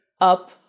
up